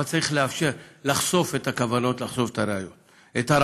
צריך לאפשר לחשוף את הכוונות, לחשוף את הרעיונות.